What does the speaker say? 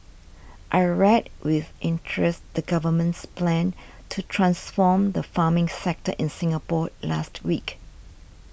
I read with interest the Government's plan to transform the farming sector in Singapore last week